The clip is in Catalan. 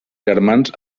germans